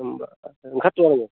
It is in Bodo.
होमबा ओंखारसै आंबो